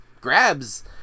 grabs